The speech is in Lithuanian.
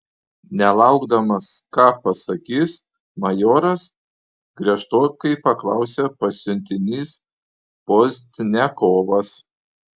nelaukdamas ką pasakys majoras griežtokai paklausė pasiuntinys pozdniakovas